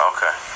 Okay